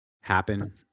happen